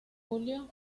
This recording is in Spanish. julio